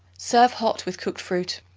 serve hot with cooked fruit.